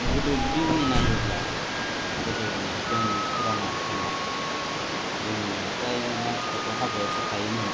गोदो जुदि जों नायोब्ला गोदो एकदम पुराना टाइमाव जोंनि प्राय मासिफोराथ' हाग्रायावसो थायोमोन